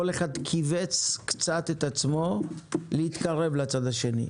כל אחד כיווץ קצת את עצמו כדי להתקרב לצד השני.